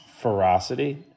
ferocity